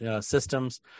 systems